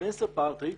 ספנסר פרטרידג'